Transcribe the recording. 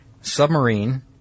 submarine